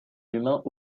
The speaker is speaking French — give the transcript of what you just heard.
humains